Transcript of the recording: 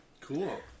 Cool